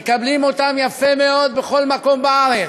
מקבלים אותם יפה מאוד בכל מקום בארץ.